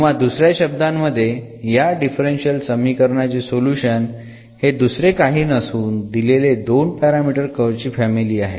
किंवा दुसऱ्या शब्दांमध्ये या डिफरन्शियल समीकरणाचे सोल्युशन हे दुसरे काही नसून दिलेली 2 पॅरामीटर कर्व ची फॅमिली आहे